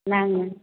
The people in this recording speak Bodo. नाङो